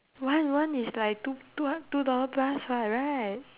one one is like t~ two ah two dollar plus [what] right